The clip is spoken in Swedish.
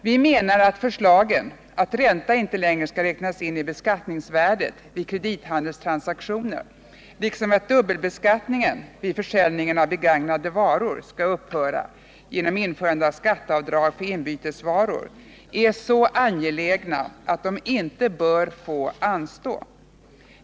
Vi menar att förslagen att ränta inte längre skall räknas in i beskattningsvärdet vid kredithandelstransaktioner och att dubbelbeskattningen vid försäljning av begagnade varor skall upphöra genom införandet av skatteavdrag för inbytesvaror är så angelägna att de inte bör få anstå.